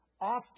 Often